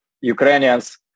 Ukrainians